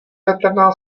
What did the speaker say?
vrtaná